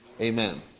Amen